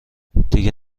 دیگه